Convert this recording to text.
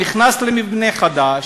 נכנס למבנה חדש,